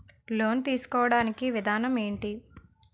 Loan తీసుకోడానికి విధానం ఏంటి?